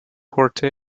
corte